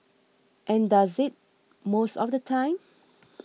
and does it most of the time